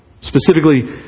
Specifically